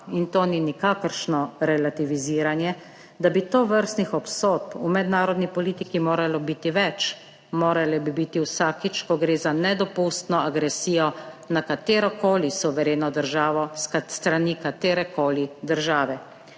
in to ni nikakršno relativiziranje, da bi tovrstnih obsodb v mednarodni politiki moralo biti več. Morale bi biti vsakič, ko gre za nedopustno agresijo na katerokoli suvereno državo s strani katerekoli države,